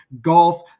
golf